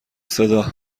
صدا